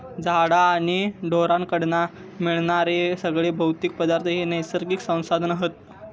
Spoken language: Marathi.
झाडा आणि ढोरांकडना मिळणारे सगळे भौतिक पदार्थ हे नैसर्गिक संसाधन हत